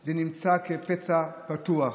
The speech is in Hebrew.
זה נמצא כפצע פתוח,